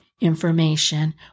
information